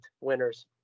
winners